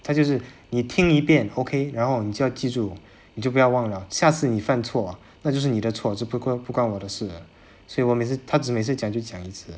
他就是你听一遍 okay 然后你就要记住你就不要忘了下次你犯错那就是你的错就不关不关我的事了所以我们每次他只每次讲就是讲一次的